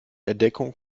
entdeckung